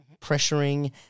pressuring